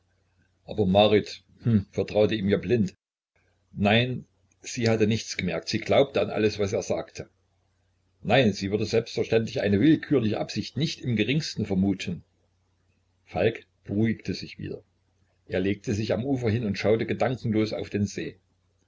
aber marit hm vertraute ihm ja blind nein sie hatte nichts gemerkt sie glaubte an alles was er sagte nein sie würde selbstverständlich eine willkürliche absicht nicht im geringsten vermuten falk beruhigte sich wieder er legte sich am ufer hin und schaute gedankenlos auf den see